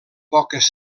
poques